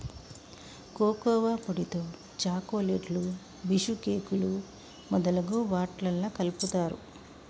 cocoa పొడితో చాకోలెట్లు బీషుకేకులు మొదలగు వాట్లల్లా కలుపుతారు